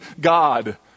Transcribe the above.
God